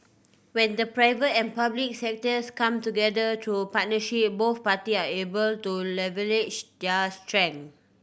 when the private and public sectors come together through partnership both party are able to leverage their strength